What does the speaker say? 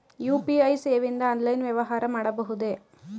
UPI ಸೇವೆಯಿಂದ online ವ್ಯವಹಾರ ಮಾಡಬಹುದೇ?